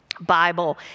Bible